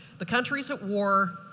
the country's at war,